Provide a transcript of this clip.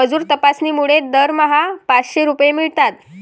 मजूर तपासणीमुळे दरमहा पाचशे रुपये मिळतात